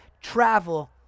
travel